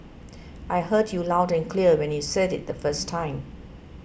I heard you loud and clear when you said it the first time